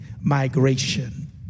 migration